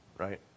Right